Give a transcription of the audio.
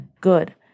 good